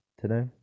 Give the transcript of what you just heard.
today